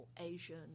Asian